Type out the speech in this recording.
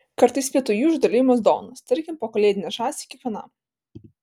kartais vietoj jų išdalijamos dovanos tarkim po kalėdinę žąsį kiekvienam